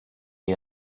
chi